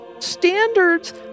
standards